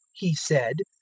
he said,